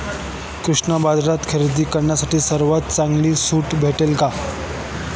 कृषी बाजारात खरेदी करण्यासाठी सर्वात चांगली सूट भेटेल का?